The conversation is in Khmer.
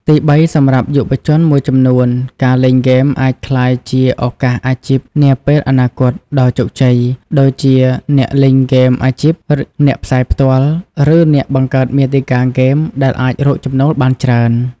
ទីបី សម្រាប់យុវជនមួយចំនួន ការលេងហ្គេមអាចក្លាយជា ឱកាសអាជីពនាពេលអនាគត ដ៏ជោគជ័យ ដូចជាអ្នកលេងហ្គេមអាជីព អ្នកផ្សាយផ្ទាល់ ឬអ្នកបង្កើតមាតិកាហ្គេម ដែលអាចរកចំណូលបានច្រើន។